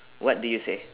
what do you say